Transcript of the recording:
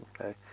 Okay